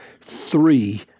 three